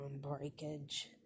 breakage